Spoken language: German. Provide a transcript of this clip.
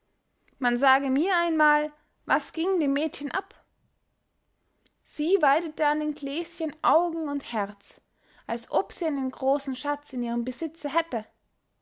man sage mir einmal was gieng dem mädchen ab sie weidete an den gläschen augen und herz als ob sie einen grossen schatz in ihrem besitze hätte